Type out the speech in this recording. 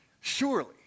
Surely